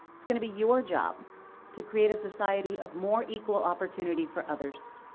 it's going to be your job to create a society of more equal opportunity for others.